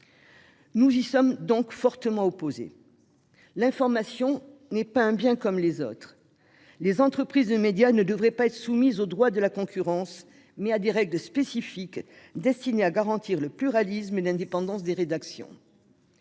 Nous y sommes fortement opposés. L'information n'est pas un bien comme les autres. Les entreprises de médias devraient être soumises non pas au droit de la concurrence, mais à des règles spécifiques, destinées à garantir le pluralisme et l'indépendance des rédactions.